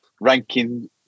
ranking